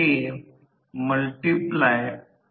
8 power factor मागे आहे